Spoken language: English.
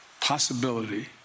possibility